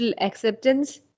acceptance